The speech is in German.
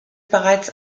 bereits